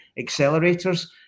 accelerators